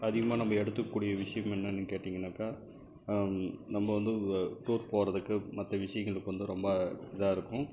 அதிகமாக நம்ம எடுத்துக்கக்கூடிய விஷயம் என்னென்னு கேட்டிங்கனாக்கால் நம்ம வந்து டூர் போவதுக்கு மற்ற விஷயங்களுக்கு வந்து ரொம்ப இதாக இருக்கும்